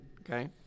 Okay